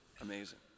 Amazing